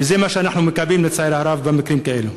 וזה מה שאנחנו מקבלים, לצערי הרב, במקרים כאלו.